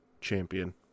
champion